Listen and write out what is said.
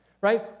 right